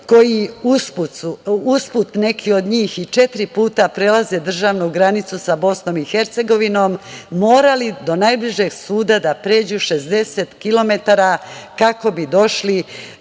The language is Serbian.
koji usput neki od njih i četiri puta prelaze državnu granicu sa Bosnom i Hercegovinom, morali do najbližeg suda da pređu 60 kilometara kako bi